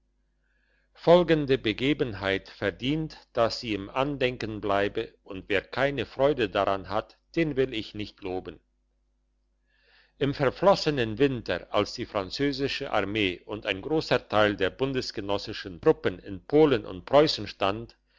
folgende begebenheit verdient dass sie im andenken bleibe und wer keine freude daran hat den will ich nicht loben im verflossenen winter als die französische armee und ein grosser teil der bundesgenossischen truppen in polen und preussen stand